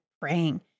praying